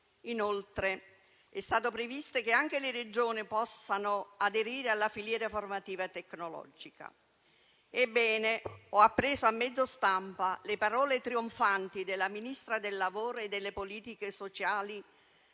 Inoltre, è stato previsto che anche le Regioni possano aderire alla filiera formativa tecnologica. Ho appreso a mezzo stampa le parole trionfanti della ministra del lavoro e delle politiche sociali